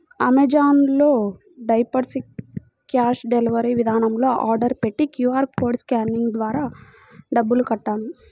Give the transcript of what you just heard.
Amazon లో diapers cash delivery విధానంలో order పెట్టి క్యూ.ఆర్ కోడ్ స్కానింగ్ ద్వారా డబ్బులు కట్టాను